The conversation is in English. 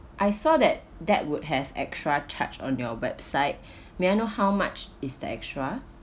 I saw that that would have extra charge on your website may I know how much is the extra